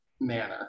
manner